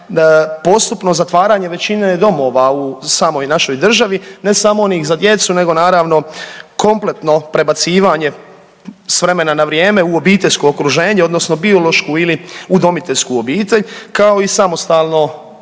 postupno zatvaranje većine domova u samoj našoj državi, ne samo onih za djecu, nego naravno kompletno prebacivanje s vremena na vrijeme u obiteljsko okruženje, odnosno biološku ili udomiteljsku obitelj kao i samostalno